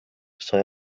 sai